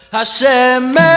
Hashem